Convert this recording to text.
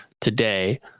today